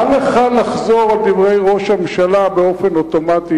מה לך לחזור על דברי ראש הממשלה באופן אוטומטי,